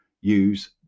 use